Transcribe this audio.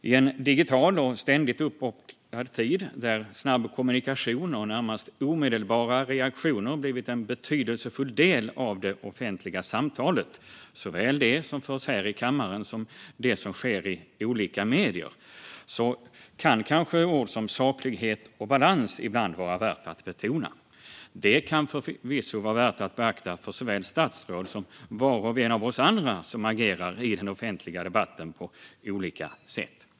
I en digital och ständigt uppkopplad tid, där snabb kommunikation och närmast omedelbara reaktioner blivit en betydelsefull del av det offentliga samtalet, såväl det som förs här i kammaren som det som sker i olika medier, kan kanske ord som saklighet och balans ibland vara värda att betona. Det kan förvisso vara värt att beakta för såväl statsråd som var och en av oss andra som agerar i den offentliga debatten på olika sätt.